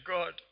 God